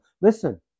Listen